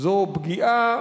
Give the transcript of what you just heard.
הוא פגיעה